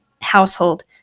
household